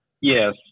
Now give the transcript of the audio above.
yes